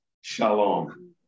Shalom